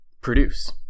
produce